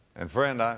and friend, i,